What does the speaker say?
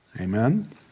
Amen